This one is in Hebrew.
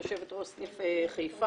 יושבת ראש סניף חיפה,